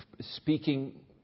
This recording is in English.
speaking